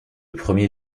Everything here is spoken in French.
premier